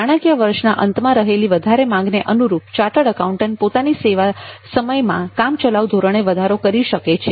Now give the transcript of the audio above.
નાણાકીય વર્ષના અંતમાં રહેલી વધારે માંગને અનુરૂપ ચાર્ટર્ડ એકાઉન્ટન્સ પોતાના સેવા સમયમાં કામચલાઉ ધોરણે વધારો કરી શકે છે